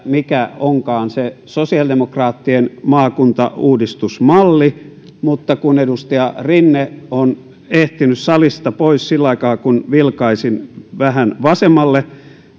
mikä onkaan se sosiaalidemokraattien maakuntauudistusmalli mutta kun edustaja rinne on ehtinyt salista pois sillä aikaa kun vilkaisin vähän vasemmalle